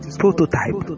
prototype